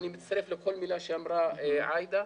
אני מצטרף לכל מילה שאמרה עאידה.